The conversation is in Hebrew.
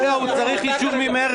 רגע, הוא צריך אישור ממרצ.